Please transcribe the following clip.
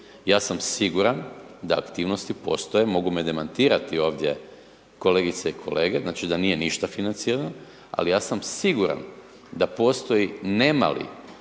Ja sam siguran da aktivnosti postoje, mogu me demantirati ovdje kolegice i kolege, znači da nije ništa financirano, ali ja sam siguran da postoji ne mali